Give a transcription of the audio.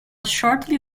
shortly